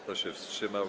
Kto się wstrzymał?